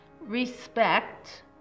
Respect